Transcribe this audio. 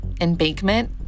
embankment